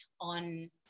on